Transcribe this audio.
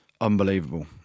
unbelievable